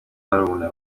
barumuna